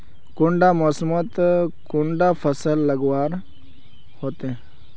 कुंडा मोसमोत कुंडा फसल लगवार होते?